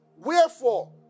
Wherefore